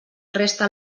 resta